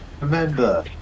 remember